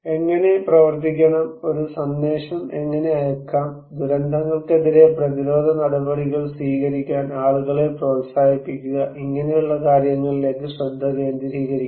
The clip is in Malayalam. എങ്ങനെ പ്രവർത്തിക്കണം ഒരു സന്ദേശം എങ്ങനെ അയയ്ക്കാം ദുരന്തങ്ങൾക്കെതിരെ പ്രതിരോധ നടപടികൾ സ്വീകരിക്കാൻ ആളുകളെ പ്രോത്സാഹിപ്പിക്കുക ഇങ്ങനെയുള്ള കാര്യങ്ങളിലേക്ക് ശ്രദ്ധ കേന്ദ്രീകരിക്കുന്നു